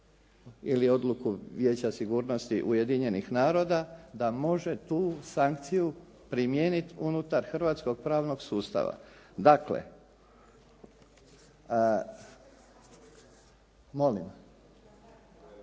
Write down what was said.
ili odluku Vijeća sigurnosti Ujedinjenih naroda da može tu sankciju primijeniti unutar hrvatskog pravnog sustava. Dakle, molim.